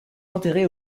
enterré